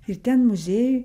ir ten muziejuj